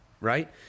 Right